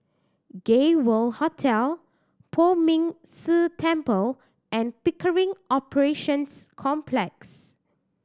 Gay World Hotel Poh Ming Tse Temple and Pickering Operations Complex